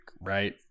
right